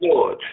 Lord